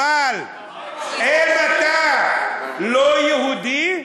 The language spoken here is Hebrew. אבל אם אתה לא יהודי,